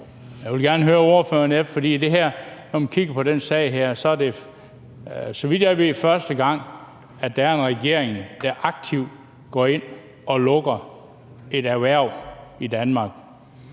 Bøgsted (DF): Tak for det, formand. Med den her sag er det, så vidt jeg ved, første gang, at der er en regering, der aktivt går ind og lukker et erhverv i Danmark,